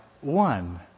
one